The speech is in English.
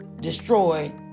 destroy